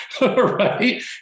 right